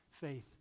faith